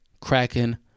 Kraken